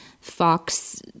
Fox